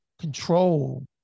control